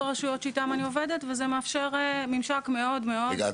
רשויות שאיתן אני עובדת וזה מאפשר ממשק מאוד-מאוד -- רגע,